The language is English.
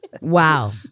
Wow